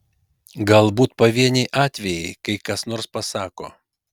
galbūt pavieniai atvejai kai kas nors pasako